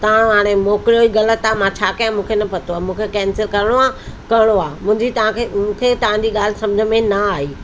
तव्हां हाणे मोकिलियो ई ग़लति आहे मां छा कयां मूंखे न पतो आहे मूंखे केंसिल करिणो आहे करिणो आहे मुंहिंजी तव्हां खे मूंखे तव्हां जी ॻाल्हि समुझ में न आई